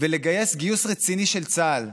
ולגייס גיוס רציני של צה"ל.